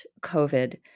COVID